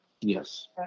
Yes